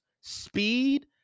speed